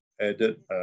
added